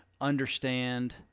understand